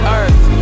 earth